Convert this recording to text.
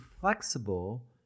flexible